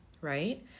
Right